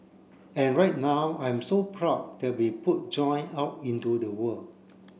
and right now I'm so proud that we put joy out into the world